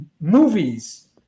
movies